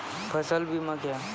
फसल बीमा क्या हैं?